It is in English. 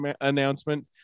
announcement